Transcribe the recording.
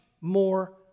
more